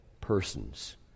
persons